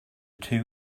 two